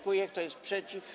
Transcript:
Kto jest przeciw?